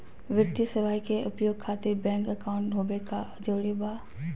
वित्तीय सेवाएं के उपयोग खातिर बैंक अकाउंट होबे का जरूरी बा?